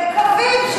הם מקווים,